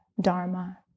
Dharma